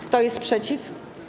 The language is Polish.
Kto jest przeciw?